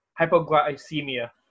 hypoglycemia